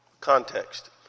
Context